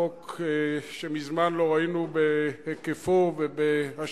חוק שמזמן לא ראינו כמוהו בהיקפו ובהשלכותיו